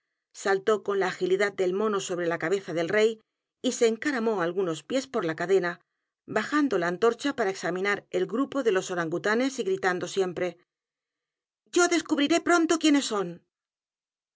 saltó con la agilidad del mono sobre la cabeza del rey y se encaramó algunos pies por la cadena bajando la antorcha p a r a examinar el grupo d é l o s orangutanes y gritando siempre yo descubriré pronto quiénes s